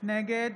נגד